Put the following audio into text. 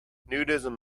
nudism